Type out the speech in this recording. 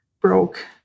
broke